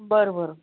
बरं बरं